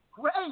great